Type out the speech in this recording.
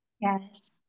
Yes